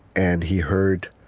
and he heard,